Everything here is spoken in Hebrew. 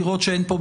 לראות שאין פה,